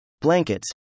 blankets